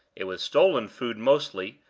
it was stolen food mostly,